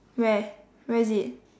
where where is it